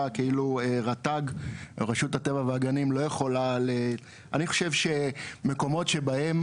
כאילו רט"ג לא יכולה אני חושב שמקומות שבהם